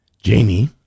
Jamie